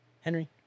Henry